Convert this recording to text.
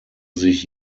sich